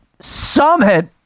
summit